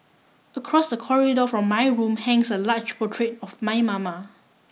across the corridor from my room hangs a large portrait of my mama